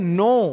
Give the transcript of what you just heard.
no